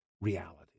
reality